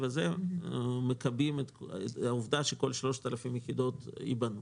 הזה מסכמים שכל 3,000 היחידות ייבנו.